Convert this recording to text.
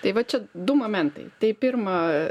tai va čia du momentai tai pirma